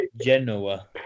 Genoa